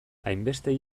hainbeste